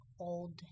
old